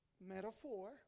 metaphor